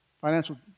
financial